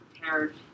prepared